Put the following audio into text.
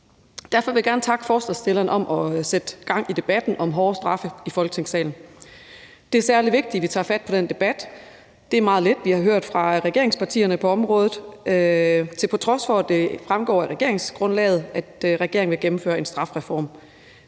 Derfor vil jeg gerne takke forslagsstillerne for at sætte gang i debatten i Folketingssalen om hårdere straffe. Det er særlig vigtigt, at vi tager fat på den debat. Det er meget lidt, vi har hørt fra regeringspartierne om området, til trods for at det fremgår af regeringsgrundlaget, at regeringen vil gennemføre en strafreform,